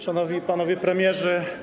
Szanowni Panowie Premierzy!